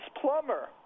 plumber